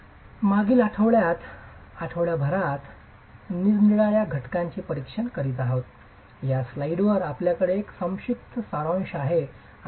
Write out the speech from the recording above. आम्ही मागील आठवड्याभरात निरनिराळ्या घटकांचे परीक्षण करीत आहोत या स्लाइडवर आपल्याकडे एक संक्षिप्त सारांश आहे